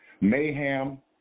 mayhem